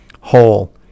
whole